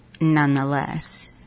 nonetheless